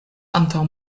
antaŭ